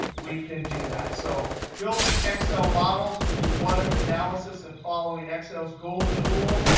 we can do that. so building excel models to do what if analysis and following excel's golden rule,